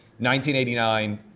1989